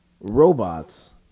robots